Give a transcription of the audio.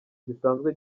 gisanzwe